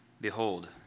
behold